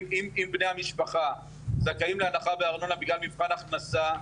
אם בני המשפחה זכאים להנחה בארנונה בגלל מבחן הכנסה,